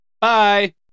Bye